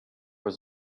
was